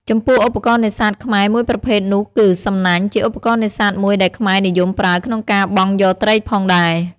ចំពោះឧបករណ៍នេសាទខ្មែរមួយប្រភេទនោះគឺ សំណាញ់ ជាឧបករណ៍នេសាទមួយដែលខ្មែរនិយមប្រើក្នុងការបង់យកត្រីផងដែរ។